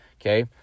okay